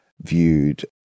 viewed